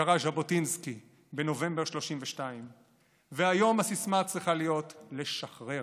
קרא ז'בוטינסקי בנובמבר 1932. היום הסיסמה צריכה להיות "לשחרר"